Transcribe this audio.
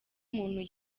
umuntu